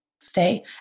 stay